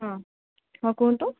ହଁ ହଁ କୁହନ୍ତୁ